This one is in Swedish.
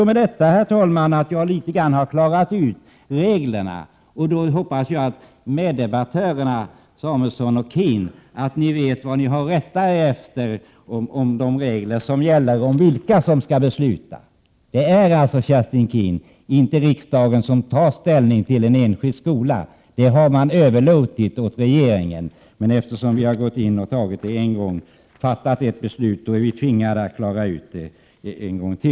Med detta har jag, herr talman, klarat ut reglerna något, och jag hoppas att mina meddebattörer Samuelson och Keen nu vet vad de har att rätta sig efter i fråga om de regler som gäller och vem som skall fatta beslut.